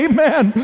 Amen